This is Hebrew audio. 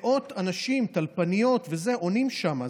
מאות אנשים, טלפניות, עונים שם.